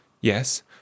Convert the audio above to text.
Yes